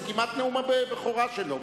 זה כמעט נאום הבכורה שלו.